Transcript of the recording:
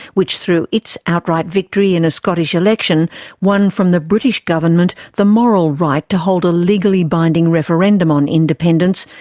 which through its outright victory in a scottish election won from the british government the moral right to hold a legally binding referendum on independence,